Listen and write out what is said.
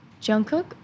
Jungkook